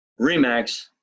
Remax